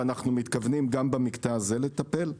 ואנחנו מתכוונים גם במקטע הזה לטפל.